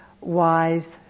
wise